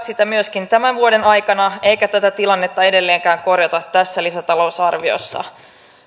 sitä myöskin tämän vuoden aikana eikä tätä tilannetta edelleenkään korjata tässä lisätalousarviossa